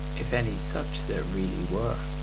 if any such there really were.